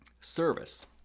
service